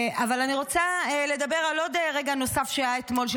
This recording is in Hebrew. אבל אני רוצה לדבר על עוד רגע נוסף שהיה אתמול של